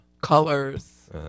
Colors